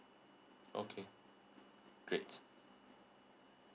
okay great